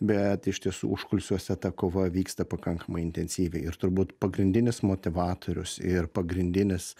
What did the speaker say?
bet iš tiesų užkulisiuose ta kova vyksta pakankamai intensyviai ir turbūt pagrindinis motyvatorius ir pagrindinis